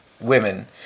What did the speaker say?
women